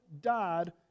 died